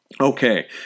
Okay